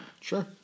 Sure